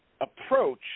approach